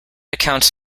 accounts